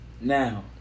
Now